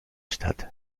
stadt